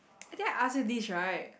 I think I ask you this right